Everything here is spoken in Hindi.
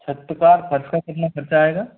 छत का और फर्श का कितना खर्च आएगा